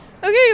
Okay